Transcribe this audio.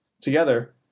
together